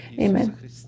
Amen